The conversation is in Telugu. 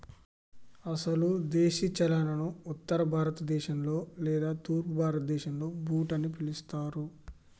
అసలు దేశీ చనాను ఉత్తర భారత దేశంలో లేదా తూర్పు భారతదేసంలో బూట్ అని పిలుస్తారు